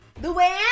Luann